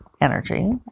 energy